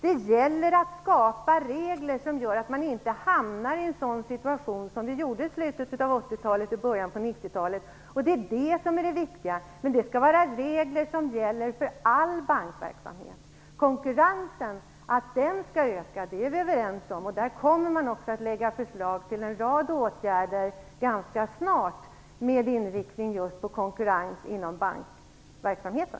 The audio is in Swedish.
Det gäller att skapa regler som gör att vi inte hamnar i en sådan situation som vi gjorde under slutet av 80-talet och början av 90-talet. Det är det som är det viktiga. Men det skall vara regler som gäller för all bankverksamhet. Att konkurrensen skall öka är vi överens om. Där kommer man också att lägga fram förslag till en rad åtgärder ganska snart med inriktning just på konkurrens inom bankverksamheten.